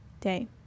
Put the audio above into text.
Day